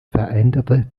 veränderte